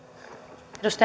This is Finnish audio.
arvoisa